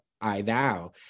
I-thou